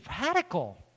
radical